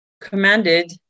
commanded